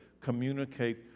communicate